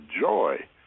joy